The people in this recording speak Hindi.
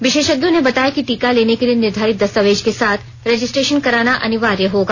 विशेषज्ञों ने बताया कि टीका लेने के लिए निर्धारित दस्तावेज के साथ रजिस्ट्रेशन कराना अनिवार्य होगा